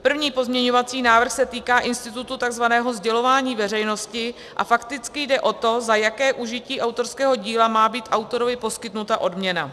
První pozměňovací návrh se týká institutu tzv. sdělování veřejnosti a fakticky jde o to, za jaké užití autorského díla má být autorovi poskytnuta odměna.